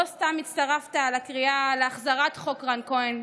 לא סתם הצטרפת לקריאה להחזרת חוק רן כהן,